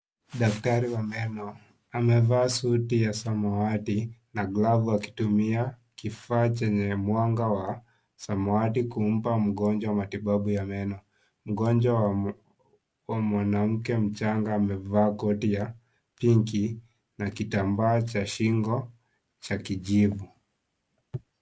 Daktari wa meno akiwa amevaa suti ya samawati na glavu, akitumia kifaa chenye mwanga wa samawati kumpa mgonjwa matibabu ya meno. Mgonjwa wa mwanamke mchanga amevaa koti ya pinki na kitambaa cha shingo cha kijivu.